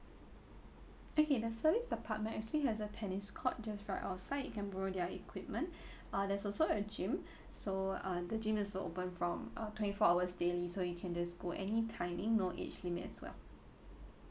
okay the service apartment actually has a tennis court just right outside you can borrow their equipment uh there's also a gym so uh the gym is open from uh twenty four hours daily so you can just go any timing no age limit as well